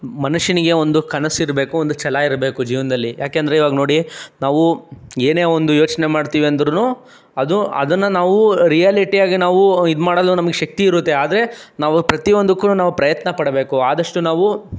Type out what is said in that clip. ಮನುಷ್ಯನಿಗೆ ಒಂದು ಕನಸು ಇರಬೇಕು ಒಂದು ಛಲ ಇರಬೇಕು ಜೀವನದಲ್ಲಿ ಯಾಕೆಂದರೆ ಇವಾಗ ನೋಡಿ ನಾವು ಏನೇ ಒಂದು ಯೋಚನೆ ಮಾಡ್ತೀವಿ ಅಂದರೂನು ಅದು ಅದನ್ನು ನಾವು ರಿಯಾಲಿಟಿಯಾಗಿ ನಾವು ಇದು ಮಾಡಲು ನಮ್ಗೆ ಶಕ್ತಿ ಇರುತ್ತೆ ಆದರೆ ನಾವು ಪ್ರತಿಯೊಂದಕ್ಕೂನು ನಾವು ಪ್ರಯತ್ನ ಪಡಬೇಕು ಆದಷ್ಟು ನಾವು